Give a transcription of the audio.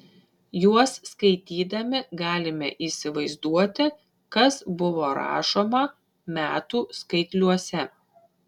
juos skaitydami galime įsivaizduoti kas buvo rašoma metų skaitliuose